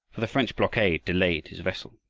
for the french blockade delayed his vessel.